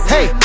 Hey